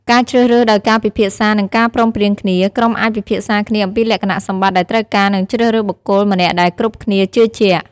ការជ្រើសរើសដោយការពិភាក្សា និងការព្រមព្រៀងគ្នា ក្រុមអាចពិភាក្សាគ្នាអំពីលក្ខណៈសម្បត្តិដែលត្រូវការ និងជ្រើសរើសបុគ្គលម្នាក់ដែលគ្រប់គ្នាជឿជាក់។